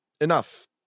enough